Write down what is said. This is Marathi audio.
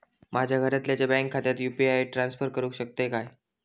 माझ्या घरातल्याच्या बँक खात्यात यू.पी.आय ट्रान्स्फर करुक शकतय काय?